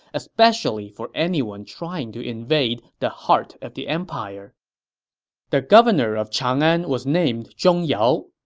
especially for anyone trying to invade the heart of the empire the governor of chang'an was named zhong yao.